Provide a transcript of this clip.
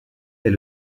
est